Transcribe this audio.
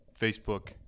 Facebook